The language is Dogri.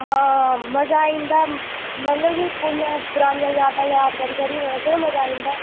हां मजा आई जंदा मतलब कि पूरियां परानियां यादां याद करी करी ते मजा आई जंदा